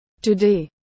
Today